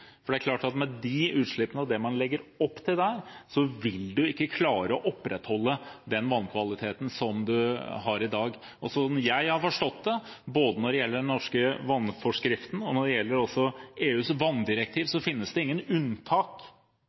Med de utslippene og det man legger opp til der, vil man ikke klare å opprettholde den vannkvaliteten som man har i dag. Slik jeg har forstått det, både når det gjelder den norske vannforskriften, og når det gjelder EUs vanndirektiv, finnes det ingen unntak